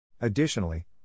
Additionally